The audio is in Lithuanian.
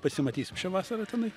pasimatysim šią vasarą tenai